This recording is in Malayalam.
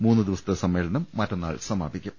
മൂന്ന് ദിവസത്തെ സമ്മേളനം മറ്റ ന്നാൾ സമാപിക്കും